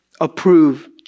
approve